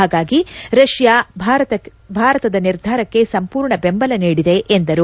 ಹಾಗಾಗಿ ರಷ್ಯಾ ಭಾರತದ ನಿರ್ಧಾರಕ್ಕೆ ಸಂಪೂರ್ಣ ಬೆಂಬಲ ನೀಡಿದೆ ಎಂದರು